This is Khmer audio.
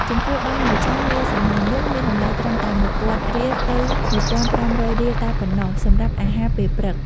ចំពោះបាយមួយចាននាសម័យនោះមានតម្លៃត្រឹមតែមួយពាន់រៀលទៅមួយពាន់ប្រាំរយរៀលតែប៉ុណ្ណោះសម្រាប់អាហារពេលព្រឹក។